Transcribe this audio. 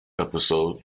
episode